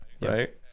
right